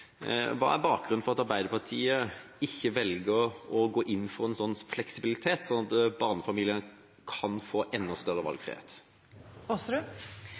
Hva er bakgrunnen for at Arbeiderpartiet ikke velger å gå inn for en sånn fleksibilitet, sånn at barnefamiliene kan få enda større valgfrihet?